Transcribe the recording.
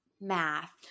math